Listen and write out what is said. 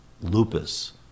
lupus